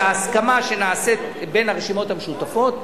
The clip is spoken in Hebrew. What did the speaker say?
זאת הסכמה שנעשית בין הרשימות המשותפות,